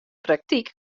praktyk